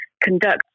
conduct